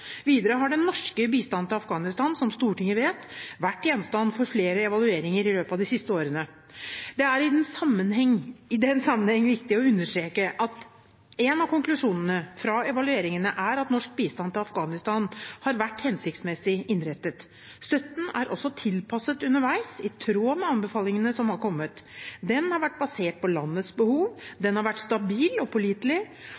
Videre har den norske bistanden til Afghanistan, som Stortinget vet, vært gjenstand for flere evalueringer i løpet av de siste årene. Det er i den sammenheng viktig å understreke at en av konklusjonene fra evalueringene er at norsk bistand til Afghanistan har vært hensiktsmessig innrettet. Støtten er også tilpasset underveis, i tråd med anbefalingene som har kommet. Den har vært basert på landets behov.